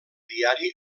diari